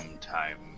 time